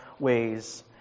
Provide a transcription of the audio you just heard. ways